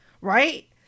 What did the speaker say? right